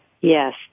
Yes